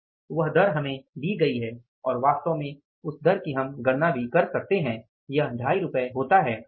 वह दर हमें दी गई है और वास्तव में उस दर की हम गणना भी कर सकते हैं यह 250 होता है